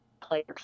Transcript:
players